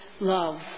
love